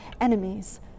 enemies